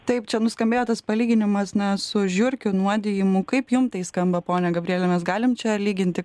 taip čia nuskambėjo tas palyginimas na su žiurkių nuodijimu kaip jum tai skamba ponia gabriele mes galim čia lyginti